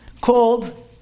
called